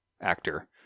Actor